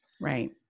Right